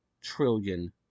trillion